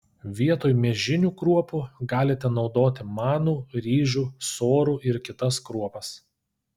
vietoj miežinių kruopų galite naudoti manų ryžių sorų ir kitas kruopas